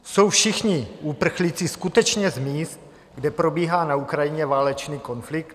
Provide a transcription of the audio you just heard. Jsou všichni uprchlíci skutečně z míst, kde probíhá na Ukrajině válečný konflikt?